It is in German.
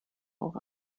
auch